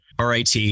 RIT